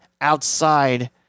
outside